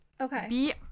okay